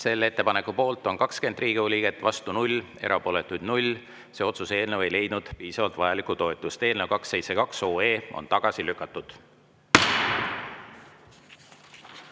Selle ettepaneku poolt on 20 Riigikogu liiget, vastu 0, erapooletuid 0. See otsuse eelnõu ei leidnud vajalikku toetust. Eelnõu 272 on tagasi lükatud.